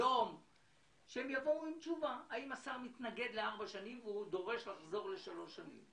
יום הם יבואו ויגידו אם השר מתנגד לארבע שנים ודורש לחזור לשלוש שנים.